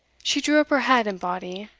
she drew up her head and body,